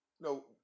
No